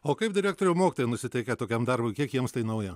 o kaip direktoriau mokytojai nusiteikę tokiam darbui kiek jiems tai nauja